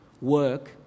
Work